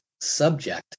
subject